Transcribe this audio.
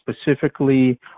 specifically